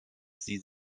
sie